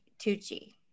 Tucci